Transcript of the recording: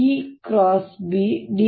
ಈ EB